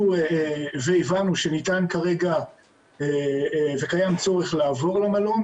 והבנו שניתן כרגע וקיים צורך לעבור למלון,